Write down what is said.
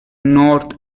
north